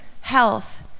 health